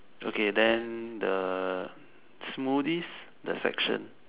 okay then the smoothies the section